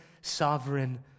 sovereign